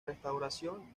restauración